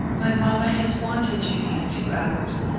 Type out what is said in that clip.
my mamma has wanted you these two hours.